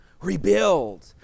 rebuild